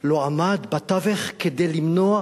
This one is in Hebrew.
לא עמד בתווך כדי למנוע,